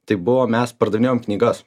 tai buvo mes pardavinėjom knygas